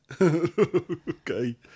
okay